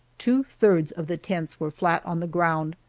two thirds of the tents were flat on the ground,